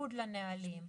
בניגוד לנהלים.